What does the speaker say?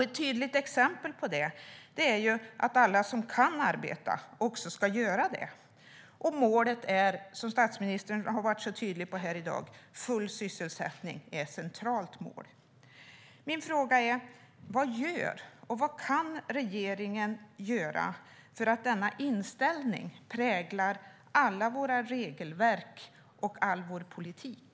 Ett tydligt exempel på det är att alla som kan arbeta också ska göra det. Målet är, som statsministern har varit tydlig med här i dag, full sysselsättning. Det är ett centralt mål. Vad gör regeringen, och vad kan regeringen göra, för att denna inställning ska prägla alla våra regelverk och all vår politik?